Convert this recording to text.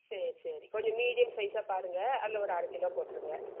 சரி சரி கொஞ்சம் மீடியம் சைஸாக பாருங்க அதில் ஒரு அரை கிலோ போட்டிருங்க